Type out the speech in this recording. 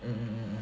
mm mm mm mm